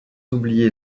oublier